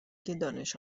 دانش